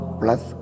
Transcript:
plus